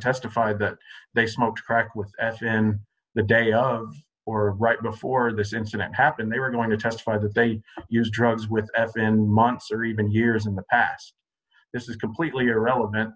testify that they smoked crack with at and the day of or right before this incident happened they were going to testify that they used drugs with at in months or even years in the past this is completely irrelevant